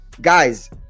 guys